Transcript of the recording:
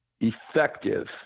effective